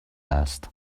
است